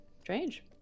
strange